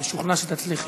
משוכנע שתצליחי.